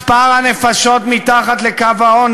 זה מצוץ מהאצבע.